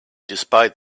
despite